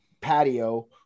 patio